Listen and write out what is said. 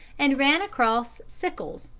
and ran across sickles,